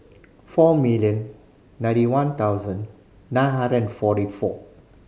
four million ninety one thousand nine hundred and forty four